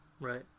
Right